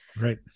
Right